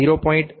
કારણ કે 0